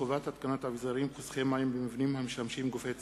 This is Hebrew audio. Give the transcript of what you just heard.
חובת התקנת אביזרים חוסכי מים במבנים המשמשים גופי ציבור),